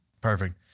Perfect